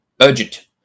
urgent